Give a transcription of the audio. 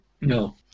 No